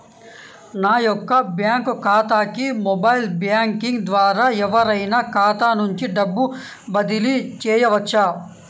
నా యొక్క బ్యాంక్ ఖాతాకి మొబైల్ బ్యాంకింగ్ ద్వారా ఎవరైనా ఖాతా నుండి డబ్బు బదిలీ చేయవచ్చా?